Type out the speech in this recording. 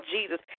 Jesus